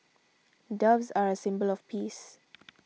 doves are a symbol of peace